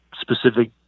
specific